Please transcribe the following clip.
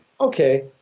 Okay